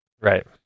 right